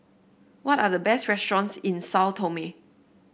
what are the best restaurants in Sao Tome